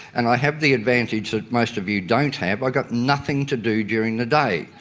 and i have the advantage that most of you don't have i've got nothing to do during the day.